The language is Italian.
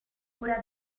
cura